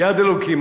יד אלוקים.